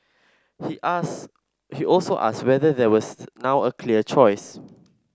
he ask he also asked whether there was now a clear choice